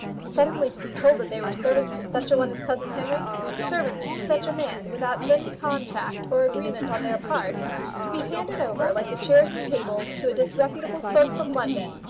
suddenly to be told that they were servants to such a one as cousin henry servants to such a man without any contract or agreement on their part to be handed over like the chairs and tables to a disreputable clerk from london,